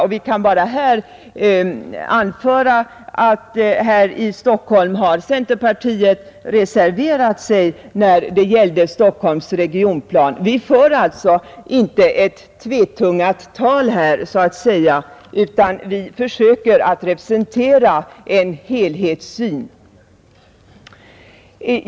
Jag vill här bara anföra att centerpartiet i Stockholm har reserverat sig mot Stockholms regionplan. Vi för alltså inte här ett tvetungat tal utan vi försöker att representera en helhetssyn.